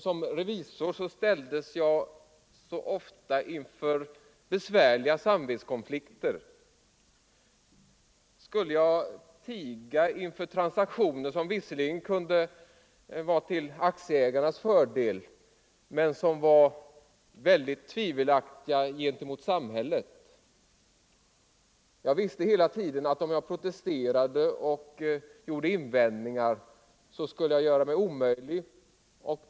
Som revisor ställdes jag så ofta inför besvärliga samvetskonflikter. Skulle jag tiga inför transaktioner som visserligen kunde vara till förmån för aktieägarna men som var mycket tvivelaktiga gentemot samhället? Jag visste hela tiden att om jag protesterade och kom med invändningar skulle jag göra mig omöjlig.